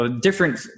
different